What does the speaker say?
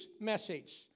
message